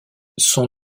son